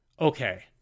okay